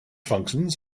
functions